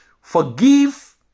Forgive